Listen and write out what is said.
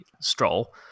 Stroll